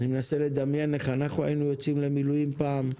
אני מנסה לדמיין איך אנחנו היינו יוצאים למילואים פעם,